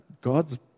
God's